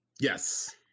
Yes